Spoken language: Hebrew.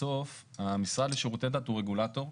בסוף המשרד לשירותי דת הוא רגולטור.